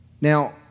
Now